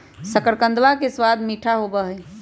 शकरकंदवा के स्वाद मीठा होबा हई